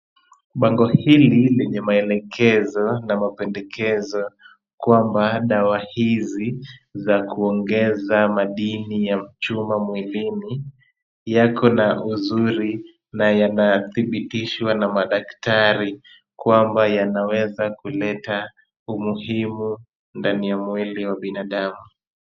Bango hili lenye maelekezo na mapendekezo kwamba dawa hizi za kuongeza madini ya chuma mwilini, yako na uzuri na yanadhibitishwa na madaktari kwamba yanaweza kuleta umuhimu ndani ya mwili wa binadamu.